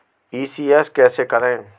ECS कैसे करें?